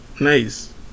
Nice